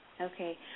Okay